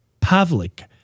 Pavlik